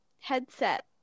headset